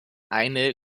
eine